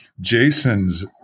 Jason's